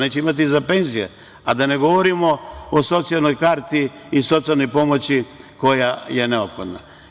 Neće imati za penzije, a da ne govorimo o socijalnoj karti i socijalnoj pomoći koja je neophodna.